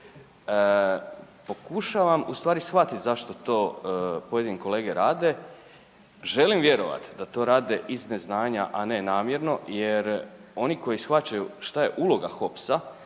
pokušavam u stvari shvatiti zašto to pojedini kolege rade. Želim vjerovati da to rade iz neznanja, a ne namjerno jer oni koji shvaćaju šta je uloga HOPS-a,